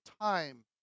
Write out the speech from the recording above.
time